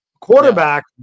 quarterback